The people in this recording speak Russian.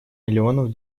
миллионов